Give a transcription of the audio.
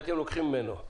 הייתם לוקחים ממנו.